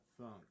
Thunk